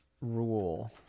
rule